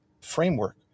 framework